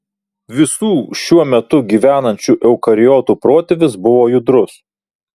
visų šiuo metu gyvenančių eukariotų protėvis buvo judrus